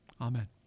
Amen